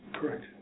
Correct